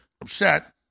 upset